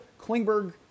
Klingberg